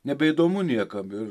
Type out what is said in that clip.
nebeįdomu niekam ir